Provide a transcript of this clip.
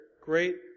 great